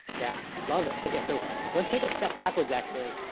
yeah, love it. okay, so let's take a step backwards actually.